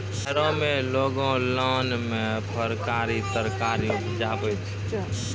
शहरो में लोगों लान मे फरकारी तरकारी उपजाबै छै